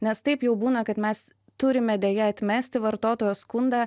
nes taip jau būna kad mes turime deja atmesti vartotojo skundą